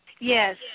Yes